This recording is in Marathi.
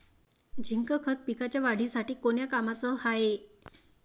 झिंक खत पिकाच्या वाढीसाठी कोन्या कामाचं हाये?